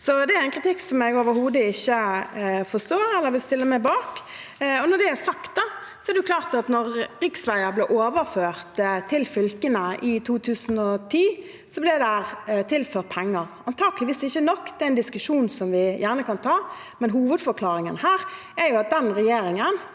det er en kritikk jeg overhodet ikke forstår eller vil stille meg bak. Når det er sagt: Da riksveier ble overført til fylkene i 2010, ble det tilført penger. Det var antakeligvis ikke nok, og det er en diskusjon vi gjerne kan ta. Men hovedforklaringen her er at den regjeringen